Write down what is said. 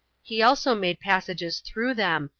he also made passages through them,